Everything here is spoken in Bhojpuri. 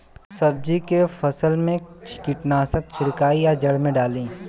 सब्जी के फसल मे कीटनाशक छिड़काई या जड़ मे डाली?